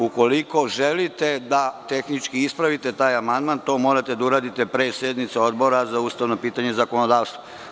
Ukoliko želite da tehnički ispravite taj amandman to morate da uradite pre sednice Odbora za ustavna pitanja i zakonodavstvo.